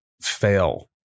fail